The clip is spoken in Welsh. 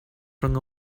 rhwng